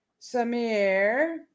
Samir